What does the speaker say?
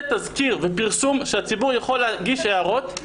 תזכיר ופרסום שהציבור יכול להגיש הערות,